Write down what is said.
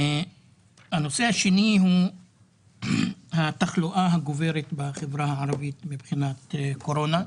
הנושא השני הוא התחלואה הגוברת בחברה הערבית מבחינת קורונה.